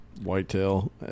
whitetail